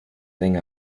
thing